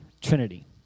Trinity